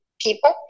people